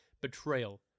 Betrayal